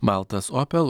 baltas opel